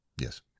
Yes